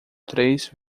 três